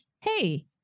Hey